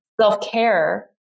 Self-care